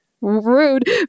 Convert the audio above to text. Rude